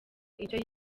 icyo